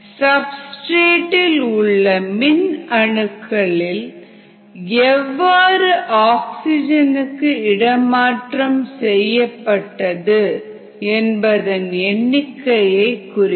சப்ஸ்டிரேட்இல் உள்ள மின் அணுக்களில் எவ்வளவு ஆக்ஸிஜனுக்கு இடமாற்றம் செய்யப்பட்டது என்பதன் எண்ணிக்கையை குறிக்கும்